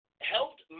helped